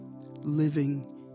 living